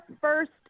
first